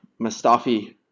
Mustafi